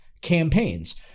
campaigns